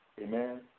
Amen